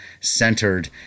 centered